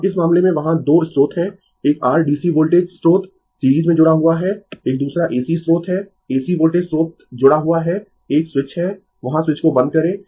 अब इस मामले में वहां 2 स्रोत है एक r DC वोल्टेज स्रोत सीरीज में जुड़ा हुआ है एक दूसरा AC स्रोत है AC वोल्टेज स्रोत जुड़ा हुआ है एक स्विच है वहां स्विच को बंद करें